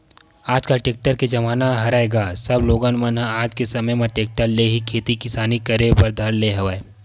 आजकल टेक्टर के जमाना हरय गा सब लोगन मन ह आज के समे म टेक्टर ले ही खेती किसानी करे बर धर ले हवय